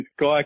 guy